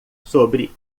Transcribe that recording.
sobre